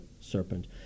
serpent